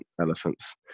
elephants